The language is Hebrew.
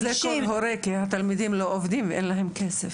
זה מכל הורה, כי התלמידים לא עובדים, אין להם כסף.